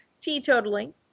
teetotaling